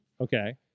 okay